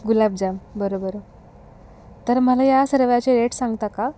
गुलाबजाम बरं बरं तर मला ह्या सर्वाचे रेट सांगता का